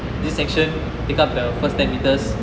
this section pick up the first ten metres